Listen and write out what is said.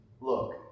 Look